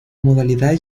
modalidad